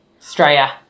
Australia